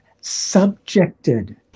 subjected